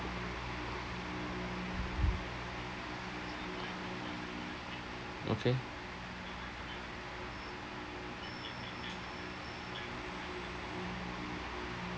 okay